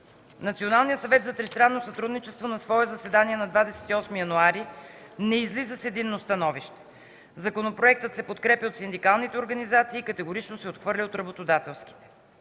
Националният съвет за тристранно сътрудничество на свое заседание от 28 януари 2014 г. не излиза с единно становище. Законопроектът се подкрепя от синдикалните организации и категорично се отхвърля от работодателските.